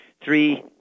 three